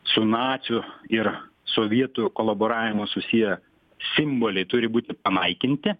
su nacių ir sovietų kolaboravimu susiję simboliai turi būti panaikinti